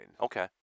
Okay